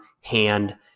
hand